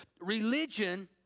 religion